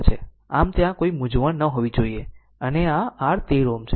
આમ ત્યાં કોઈ મૂંઝવણ ન હોવી જોઈએ અને આ r 13 Ω છે